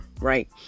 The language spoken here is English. Right